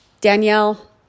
Danielle